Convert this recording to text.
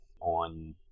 on